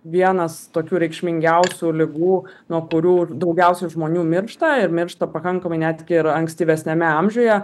vienas tokių reikšmingiausių ligų nuo kurių daugiausiai žmonių miršta ir miršta pakankamai netgi ir ankstyvesniame amžiuje